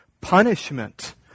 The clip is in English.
punishment